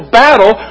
battle